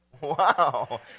Wow